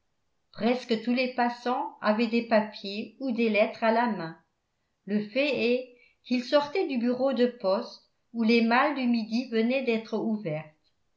presque tous les passants avaient des papiers ou des lettres à la main le fait est qu'ils sortaient du bureau de poste où les malles du midi venaient d'être ouvertes